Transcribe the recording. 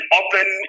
open